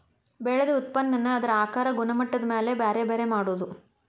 ಬೆಳದ ಉತ್ಪನ್ನಾನ ಅದರ ಆಕಾರಾ ಗುಣಮಟ್ಟದ ಮ್ಯಾಲ ಬ್ಯಾರೆ ಬ್ಯಾರೆ ಮಾಡುದು